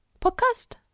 podcast